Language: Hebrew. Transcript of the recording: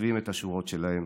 כותבים את השורות שלהם.